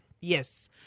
Yes